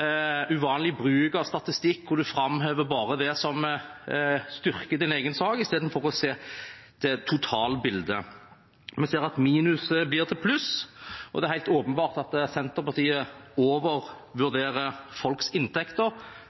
og uvanlig bruk av statistikk hvor man framhever bare det som styrker ens egen sak, istedenfor å se totalbildet. Vi ser at minus blir til pluss, og det er helt åpenbart at Senterpartiet overvurderer folks inntekter